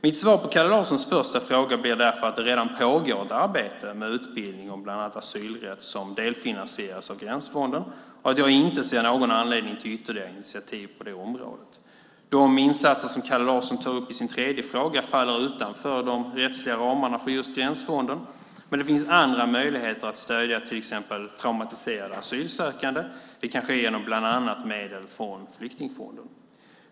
Mitt svar på Kalle Larssons första fråga blir därför att det redan pågår ett arbete med utbildning i bland annat asylrätt som delfinansieras av gränsfonden och att jag inte ser någon anledning till ytterligare initiativ på det området. De insatser som Kalle Larsson tar upp i sin tredje fråga faller utanför de rättsliga ramarna för just gränsfonden. Men det finns andra möjligheter att stödja till exempel traumatiserade asylsökande; det kan ske genom bland annat medel från flyktingfonden.